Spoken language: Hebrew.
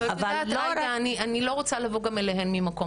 אבל לא רק --- אני לא רוצה לבוא גם אליהן ממקום